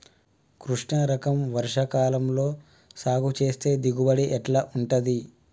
కృష్ణ రకం వర్ష కాలం లో సాగు చేస్తే దిగుబడి ఎట్లా ఉంటది?